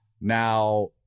Now